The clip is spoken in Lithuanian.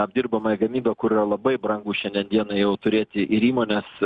apdirbamąją gamybą kur yra labai brangu šiandien dienai jau turėti ir įmones